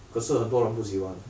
可是很多人不喜欢